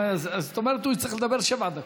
זאת אומרת, הוא יצטרך לדבר שבע דקות.